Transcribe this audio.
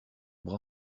brun